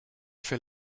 fait